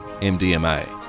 MDMA